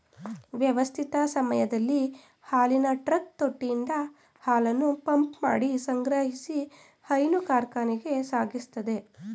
ವ್ಯವಸ್ಥಿತ ಸಮಯದಲ್ಲಿ ಹಾಲಿನ ಟ್ರಕ್ ತೊಟ್ಟಿಯಿಂದ ಹಾಲನ್ನು ಪಂಪ್ಮಾಡಿ ಸಂಗ್ರಹಿಸಿ ಹೈನು ಕಾರ್ಖಾನೆಗೆ ಸಾಗಿಸ್ತದೆ